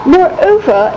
Moreover